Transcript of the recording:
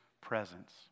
presence